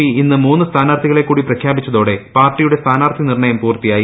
P ഇന്ന് മൂന്ന് സ്ഥാനാർത്ഥികളെ കൂടി പ്രഖ്യാപിച്ചതോടെ പാർട്ടിയുടെ സ്ഥാനാർത്ഥി നിർണ്ണയം പൂർത്തിയായി